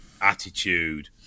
attitude